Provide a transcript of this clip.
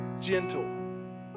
gentle